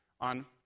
on